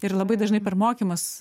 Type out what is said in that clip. ir labai dažnai per mokymus